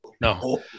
no